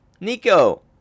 Nico